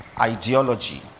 ideology